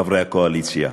חברי הקואליציה: